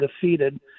defeated